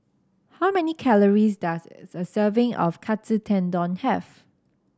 how many calories does a serving of Katsu Tendon have